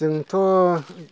जोंथ'